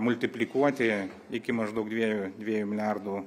multiplikuoti iki maždaug dviejų dviejų milijardų